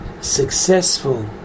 successful